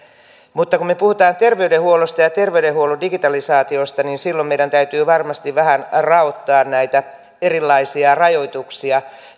mutta kun me puhumme terveydenhuollosta ja ja terveydenhuollon digitalisaatiosta niin silloin meidän täytyy varmasti vähän raottaa näitä erilaisia rajoituksia